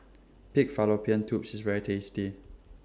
Pig Fallopian Tubes IS very tasty